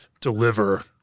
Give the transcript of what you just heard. deliver